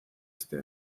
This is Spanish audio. este